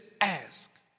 ask